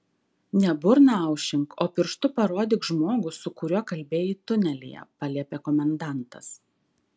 ne burną aušink o pirštu parodyk žmogų su kuriuo kalbėjai tunelyje paliepė komendantas